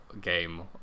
game